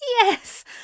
Yes